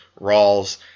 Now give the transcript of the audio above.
Rawls